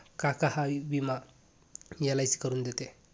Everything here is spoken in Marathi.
काका हा विमा एल.आय.सी करून देते